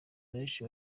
abenshi